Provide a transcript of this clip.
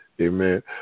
amen